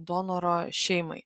donoro šeimai